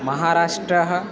महाराष्ट्रम्